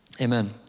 amen